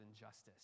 injustice